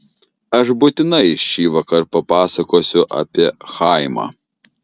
aš būtinai šįvakar papasakosiu apie chaimą